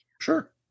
Sure